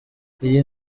iyo